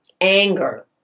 anger